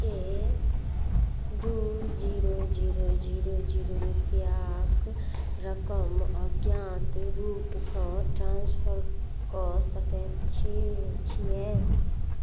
के दुइ zero zero zero zero रुपैआक रकम अज्ञात रूपसँ ट्रान्सफर कऽ सकै छी छिए